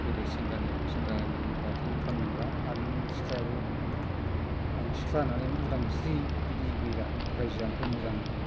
गोदो सेंग्रानि सेंग्रानि बादि खालामनांला आरो नों सिख्लायाबो आं सिख्ला होननानै उदांस्रि बिदि गैला रायजो जानायखौ मोजां